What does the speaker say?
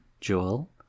Joel